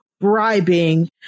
bribing